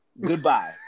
Goodbye